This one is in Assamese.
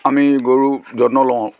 আমি গৰু যত্ন লওঁ